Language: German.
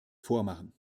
vormachen